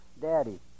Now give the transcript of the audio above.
Daddy